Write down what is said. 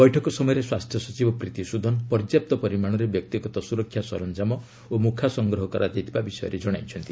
ବୈଠକ ସମୟରେ ସ୍ୱାସ୍ଥ୍ୟ ସଚିବ ପ୍ରୀତି ସୁଦନ ପର୍ଯ୍ୟାପ୍ତ ପରିମାଣରେ ବ୍ୟକ୍ତିଗତ ସୁରକ୍ଷା ସରଞ୍ଜାମ ଓ ମୁଖା ସଂଗ୍ରହ କରାଯାଇଥିବା ବିଷୟ ଜଣାଇଛନ୍ତି